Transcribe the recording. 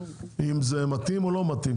אם זה מתאים או לא מתאים,